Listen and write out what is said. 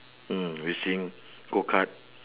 mm racing go-kart